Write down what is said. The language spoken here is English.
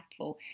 impactful